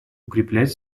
укреплять